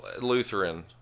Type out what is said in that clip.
Lutheran